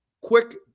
quick